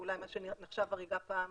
אולי מה שנחשב הריגה פעם